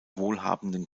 wohlhabenden